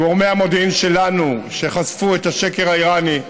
גורמי המודיעין שלנו, שחשפו את השקר האיראני,